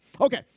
Okay